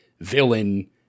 villain